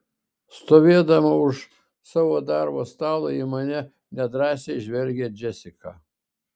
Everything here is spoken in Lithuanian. stovėdama už savo darbo stalo į mane nedrąsiai žvelgia džesika